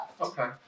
Okay